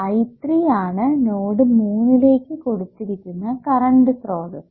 I3 ആണ് node മൂന്നിലേക്ക് കൊടുത്തിരിക്കുന്ന കറണ്ട് സ്രോതസ്സ്